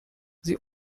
sie